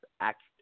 act